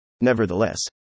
Nevertheless